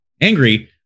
angry